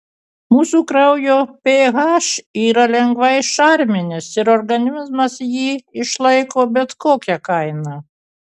mūsų kraujo ph yra lengvai šarminis ir organizmas jį išlaiko bet kokia kaina